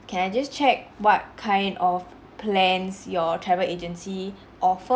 can I just check what kind of plans your travel agency offe~ <B